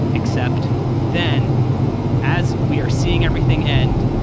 except then as we are seeing everything end,